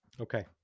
Okay